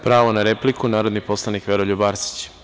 Pravo na repliku, narodni poslanik Veroljub Arsić.